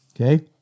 Okay